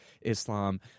Islam